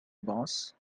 boss